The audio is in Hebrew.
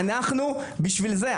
אנחנו בשביל זה,